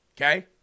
okay